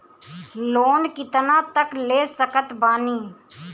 Loan कितना तक ले सकत बानी?